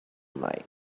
night